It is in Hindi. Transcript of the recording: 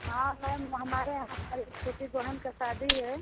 हाँ मैम हमारे यहाँ कल ए छोटी बहन की शादी है